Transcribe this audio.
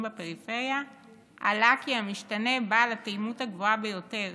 בפריפריה עלה כי המשתנה בעל התאימות הגבוהה ביותר